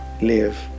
Live